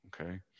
okay